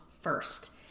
first